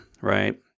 right